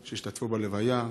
שהשתתפו בלוויה,